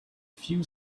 few